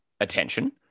attention